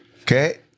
Okay